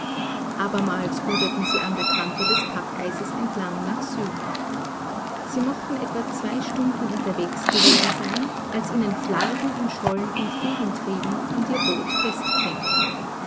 abermals ruderten sie der kante des packeises entlang nach süden sie mochten etwa zwei stunden unterwegs gewesen sein als ihnen flarden und schollen entgegentrieben und ihr boot